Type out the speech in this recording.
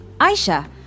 Aisha